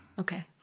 Okay